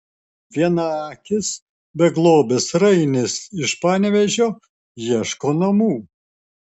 vienaakis beglobis rainis iš panevėžio ieško namų